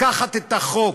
לקחת את החוק,